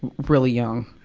really young.